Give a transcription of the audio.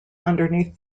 underneath